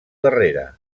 darrere